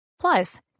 Plus